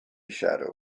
shadow